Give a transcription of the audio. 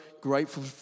grateful